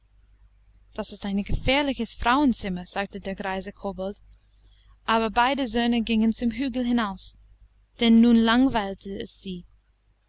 das ist ein gefährliches frauenzimmer sagte der greise kobold aber beide söhne gingen zum hügel hinaus denn nun langweilte es sie